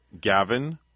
Gavin